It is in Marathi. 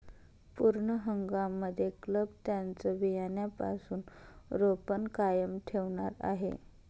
पूर्ण हंगाम मध्ये क्लब त्यांचं बियाण्यापासून रोपण कायम ठेवणार आहे